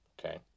Okay